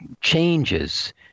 changes